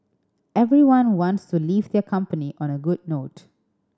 everyone wants to leave their company on a good note